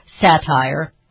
satire